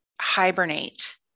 hibernate